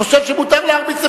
חושב שמותר להרביץ,